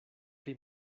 pri